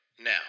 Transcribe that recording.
now